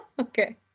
Okay